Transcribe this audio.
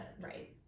Right